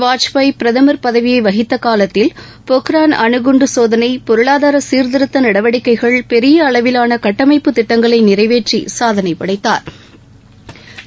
வாஜ்பாய் பிரதமா் பதவியை வகித்த காலத்தில் போக்ராள் அனுகுன்டு சோதனை பொருளாதார சீாதிருத்த நடவடிக்கைகள் பெரிய அளவிலான கட்டமைப்புத் திட்டங்களை நிறைவேற்றி சாதனை படைத்தாா்